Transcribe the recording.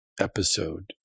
episode